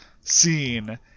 scene